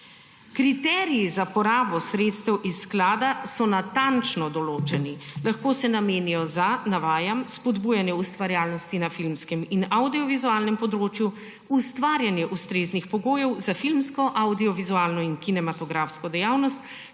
Kriteriji za porabo sredstev iz sklada so natančno določeni. Lahko se namenijo za, navajam, spodbujanje ustvarjalnosti na filmskem in avdiovizualnem področju, ustvarjanje ustreznih pogojev za filmsko, avdiovizualno in kinematografsko dejavnost